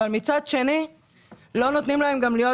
אבל מצד שני לא נותנים להם גם להיות